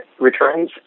returns